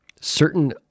certain